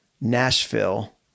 Nashville